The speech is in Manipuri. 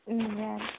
ꯎꯝ ꯌꯥꯅꯤ